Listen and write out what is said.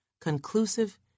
Conclusive